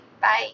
Bye